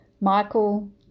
michael